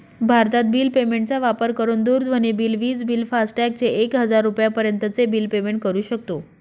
भारतत bill payment चा वापर करून दूरध्वनी बिल, विज बिल, फास्टॅग चे एक हजार रुपयापर्यंत चे बिल पेमेंट करू शकतो